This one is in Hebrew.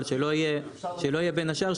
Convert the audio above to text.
אבל שלא יהיה בין השאר,